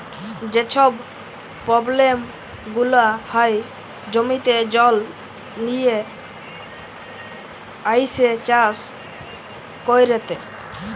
যে ছব পব্লেম গুলা হ্যয় জমিতে জল লিয়ে আইসে চাষ ক্যইরতে